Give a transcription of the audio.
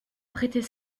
prêter